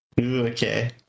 okay